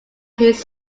his